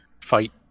fight